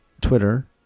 Twitter